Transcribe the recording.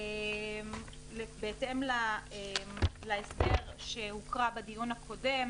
בהתאם להסדר שהוקרא בדיון הקודם